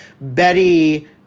Betty